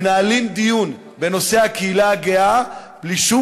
מנהלים דיון בנושא הקהילה הגאה בלי שום